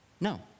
No